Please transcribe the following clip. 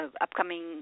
upcoming